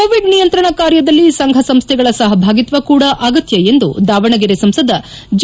Covid ನಿಯಂತ್ರಣ ಕಾರ್ಯದಲ್ಲಿ ಸಂಘಸಂಸ್ಥೆಗಳ ಸಹಭಾಗಿತ್ವ ಕೂಡ ಅಗತ್ತ ಎಂದು ದಾವಣಗೆರೆ ಸಂಸದ ಜಿ